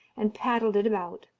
and paddled it about.